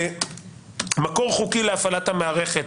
מקור חוקי להפעלת המערכת